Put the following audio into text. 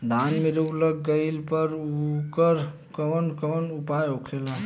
धान में रोग लग गईला पर उकर कवन कवन उपाय होखेला?